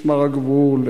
משמר הגבול,